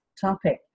topic